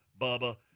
Bubba